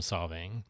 Solving